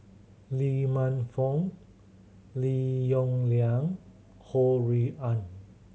Lee Man Fong Lim Yong Liang Ho Rui An